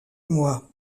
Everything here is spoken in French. moi